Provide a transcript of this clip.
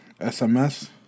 SMS